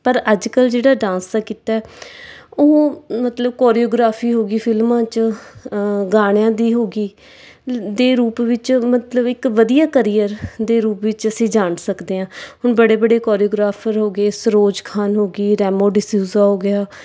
ਪਰ ਅੱਜ ਕੱਲ੍ਹ ਜਿਹੜਾ ਡਾਂਸ ਦਾ ਕਿੱਤਾ ਉਹ ਮਤਲਬ ਕੋਰਿਓਗ੍ਰਾਫੀ ਹੋ ਗਈ ਫ਼ਿਲਮਾਂ 'ਚ ਗਾਣਿਆਂ ਦੀ ਹੋ ਗਈ ਦੇ ਰੂਪ ਵਿੱਚ ਮਤਲਬ ਇੱਕ ਵਧੀਆ ਕਰੀਅਰ ਦੇ ਰੂਪ ਵਿਚ ਅਸੀਂ ਜਾਣ ਸਕਦੇ ਹਾਂ ਹੁਣ ਬੜੇ ਬੜੇ ਕੋਰਿਓਗ੍ਰਾਫ਼ਰ ਹੋ ਗਏ ਸਰੋਜ ਖਾਨ ਹੋ ਗਈ ਰੈਮੋ ਡੀਸੂਜ਼ਾ ਹੋ ਗਿਆ